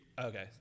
Okay